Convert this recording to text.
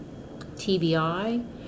TBI